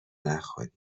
نخوری